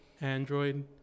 Android